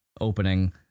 opening